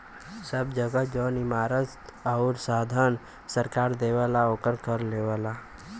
सब जगह जौन इमारत आउर साधन सरकार देवला ओकर कर लेवला